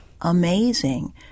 amazing